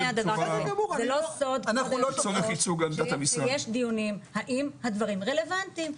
יש דיונים האם הדברים רלבנטיים,